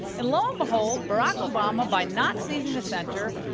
and, lo and behold, barack obama, by not seizing the center,